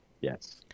yes